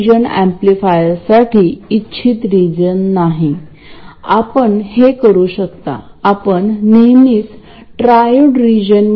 येथे operating point VGS असेल VGS हा Vt2kn I0 अशाप्रकारे दिला असेल जसे आपण यापूर्वी ईवैल्यूऐट केले आहे